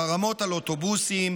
חרמות על אוטובוסים,